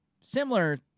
similar